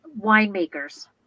winemakers